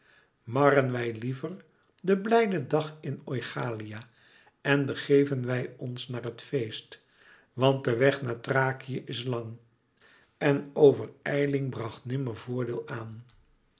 marren wij liever den blijden dag in oichalia en begeven wij ons naar het feest want de weg naar thrakië is lang en overijling bracht nimmer voordeel aan